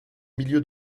milieu